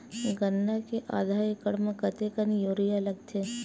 गन्ना के आधा एकड़ म कतेकन यूरिया लगथे?